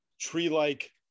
tree-like